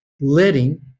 letting